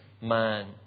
man